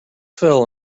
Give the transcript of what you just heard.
fell